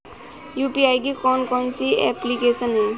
UPI की कौन कौन सी एप्लिकेशन हैं?